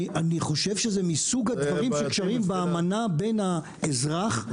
אני חושב שזה מסוג הדברים שקשורים באמנה בין האזרח,